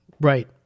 Right